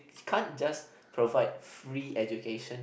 can't just provide free education